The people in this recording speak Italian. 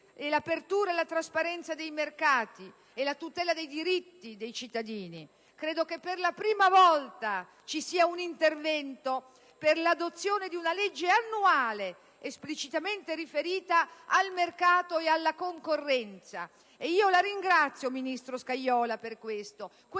all'apertura e alla trasparenza dei mercati e alla tutela dei diritti dei cittadini. Credo che per la prima volta vi sia un intervento per l'adozione di una legge annuale esplicitamente riferita al mercato e alla concorrenza, e io ringrazio il ministro Scajola per questo,